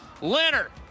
Leonard